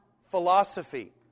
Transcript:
Philosophy